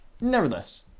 Nevertheless